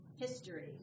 history